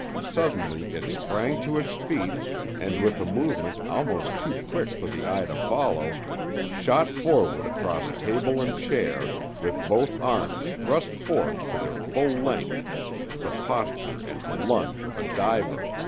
suddenly it sprang to its feet and with a movement almost too quick for the eye to follow shot forward across table and chair, with both arms thrust forth to their full length the posture and lunge of a diver.